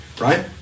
Right